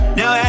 now